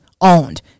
owned